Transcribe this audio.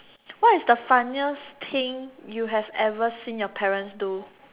what is the funniest thing you have ever seen your parents do